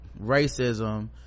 racism